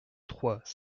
trois